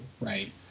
right